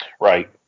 Right